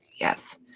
Yes